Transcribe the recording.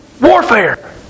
warfare